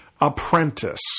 apprentice